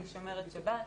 אני שומרת שבת,